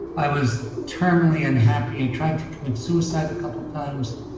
i was terminally unhappy. i tried to commit suicide a couple of times.